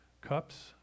cups